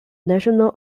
national